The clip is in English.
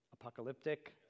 Apocalyptic